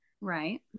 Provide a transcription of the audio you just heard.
Right